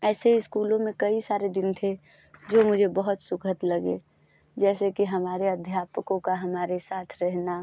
ऐसे स्कूलों में कई सारे दिन थे जो मुझे बहुत सुखद लगे जैसे कि हमारे अध्यापकों का हमारे साथ रहना